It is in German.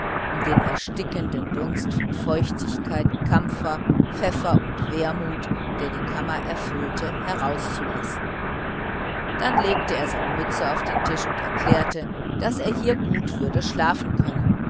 um den erstickenden dunst von feuchtigkeit kampfer pfeffer und wermut der die kammer erfüllte herauszulassen dann legte er seine mütze auf den tisch und erklärte daß er hier gut würde schlafen können